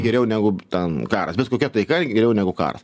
geriau negu ten karas bet kokia taika geriau negu karas